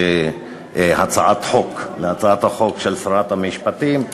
להצעת החוק של שרת המשפטים,